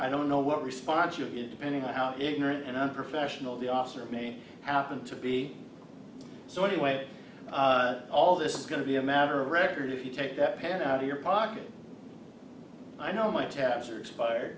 i don't know what response you get depending on how ignorant and unprofessional the officer made out and to be so anyway all this is going to be a matter of record if you take that pan out of your pocket i know my tabs are expired